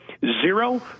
zero